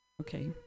Okay